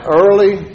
early